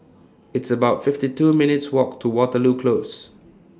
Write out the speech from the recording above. It's about fifty two minutes' Walk to Waterloo Close